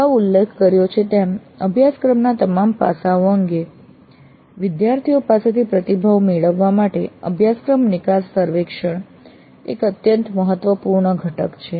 અગાઉ ઉલ્લેખ કર્યો છે તેમ અભ્યાસક્રમના તમામ પાસાઓ અંગે વિદ્યાર્થીઓ પાસેથી પ્રતિભાવ મેળવવા માટે અભ્યાસક્રમ નિકાસ સર્વેક્ષણ એક અત્યંત મહત્વપૂર્ણ ઘટક છે